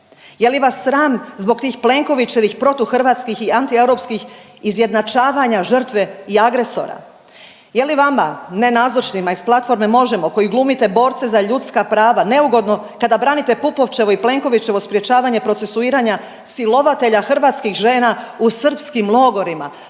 je li vas sram zbog tih Plenkovićevih protuhrvatskih i antieuropskih izjednačavanja žrtve i agresora? Je li vama nenazočnima iz platforme Možemo! koji glumice borce za ljudska prava neugodno kada branite Pupovčevo i Plenkovićevo sprječavanje procesuiranja silovatelj hrvatskih žena u srpskim logorima?